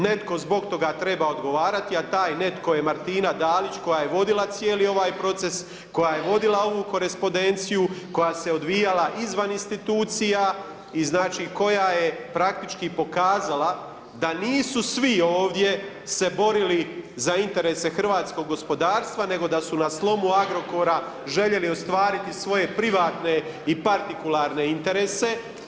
Netko zbog toga treba odgovarati a taj netko je Martina Dalić koja je vodila cijeli ovaj proces, koja je vodila ovu korespondenciju, koja se odvijala izvan institucija i znači koja je praktički pokazala da nisu svi ovdje se borili za interese hrvatskog gospodarstva nego da su na slomu Agrokora željeli ostvariti svoje privatne i partikularne interese.